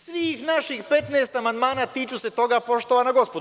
Svih naših 15 amandmana tiču se toga, poštovana gospodo.